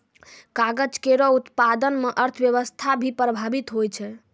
कागज केरो उत्पादन म अर्थव्यवस्था भी प्रभावित होय छै